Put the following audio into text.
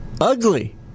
ugly